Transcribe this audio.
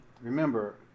remember